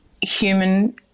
human